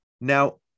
Now